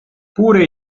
pure